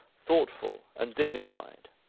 thoughtful, and dignified.